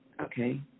Okay